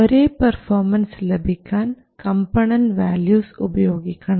ഒരേ പെർഫോമൻസ് ലഭിക്കാൻ component values ഉപയോഗിക്കണം